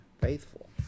faithful